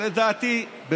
לדעתי,